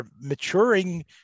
maturing